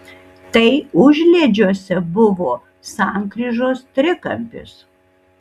tai užliedžiuose buvo sankryžos trikampis